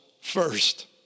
first